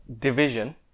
division